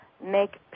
make